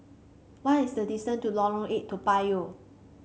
what is the distance to Lorong Eight Toa Payoh